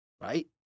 right